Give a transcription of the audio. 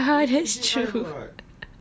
oh ya that's true